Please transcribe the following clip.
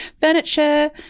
furniture